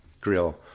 grill